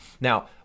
now